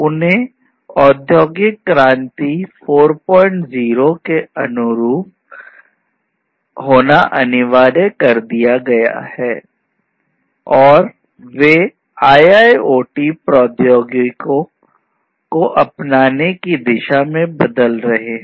उन्हें औद्योगिक क्रांति 40 अनुरूप होना अनिवार्य कर दिया गया है और वे IIoT प्रौद्योगिकियों को अपनाने की दिशा में बदल रहे हैं